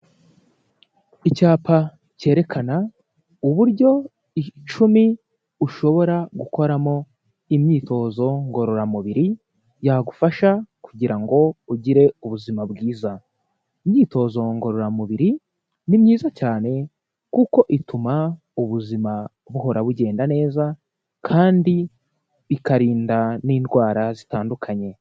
Icyapa kerekana uburyo icumi ushobora gukoramo imyitozo ngororamubiri yagufasha kugira ngo ugire ubuzima bwiza, imyitozo ngororamubiri ni myiza cyane kuko ituma ubuzima buhora bugenda neza kandi ikarinda n'indwara zitandukanye.